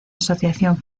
asociación